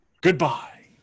Goodbye